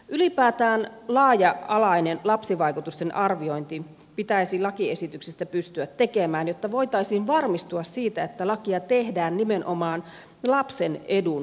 ylipäätään laaja alainen lapsivaikutusten arviointi pitäisi lakiesityksestä pystyä tekemään jotta voitaisiin varmistua siitä että lakia tehdään nimenomaan lapsen edun näkökulmasta